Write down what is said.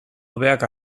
hobeak